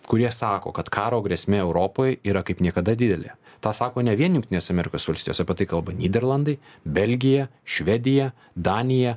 kurie sako kad karo grėsmė europoj yra kaip niekada didelė tą sako ne vien jungtinės amerikos valstijos apie tai kalba nyderlandai belgija švedija danija